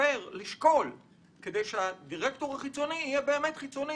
שנשקול כדי שהדירקטור החיצוני יהיה באמת חיצוני